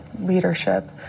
leadership